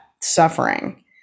suffering